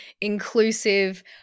inclusive